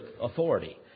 authority